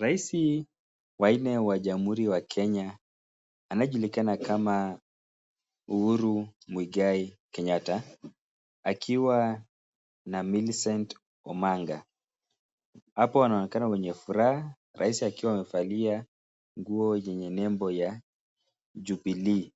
Raisi wa nne wa jamhuri ya Kenya, anayejulikana kama Uhuru Muigai Kenyatta akiwa na Millicent Omanga. Hapa wanaonekana wenye furaha, raisi akiwa amevalia nguo yenye nembo ya jubilee.